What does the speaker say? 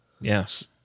Yes